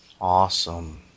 Awesome